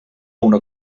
una